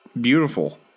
beautiful